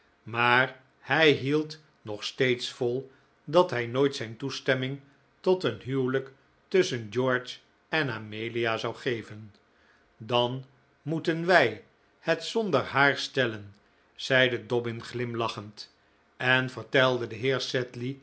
maar hij hield nog steeds vol dat hij nooit zijn toestemming tot een huwelijk tusschen george en amelia zou geven dan moeten wij het zonder haar stellen zeide dobbin glimlachend en vertelde den heer